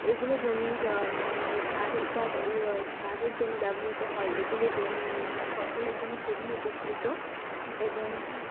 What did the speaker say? এগুলো জমির সার উপাদান সারের জন্য ব্যবহৃত হয় এগুলো জমি ফসলের জন্য খুবই উপকৃত এবং